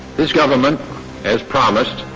this government has promised,